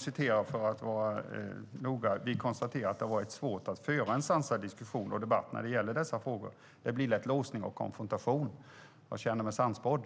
sade har det varit svårt att föra en sansad diskussion och debatt när det gäller dessa frågor. Det blir lätt låsning och konfrontation, och jag känner mig sannspådd.